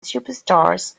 superstars